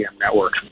network